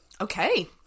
Okay